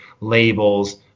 labels